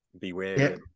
beware